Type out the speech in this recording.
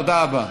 תודה רבה.